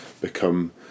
become